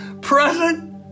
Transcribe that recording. present